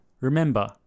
remember